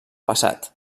passat